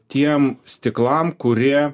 tiem stiklam kurie